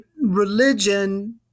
religion